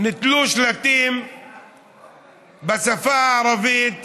נתלו שלטים בשפה הערבית